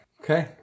okay